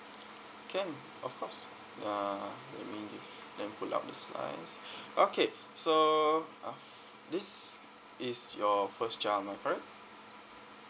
can of course uh let me let me pull out the slides okay so uh this is your first child am I correct